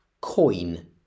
coin